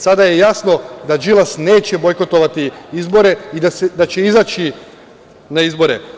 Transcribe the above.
Sada je jasno da Đilas neće bojkotovati izbore i da će izaći na izbore.